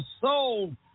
soul